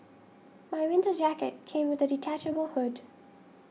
my winter jacket came with a detachable hood